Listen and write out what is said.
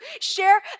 share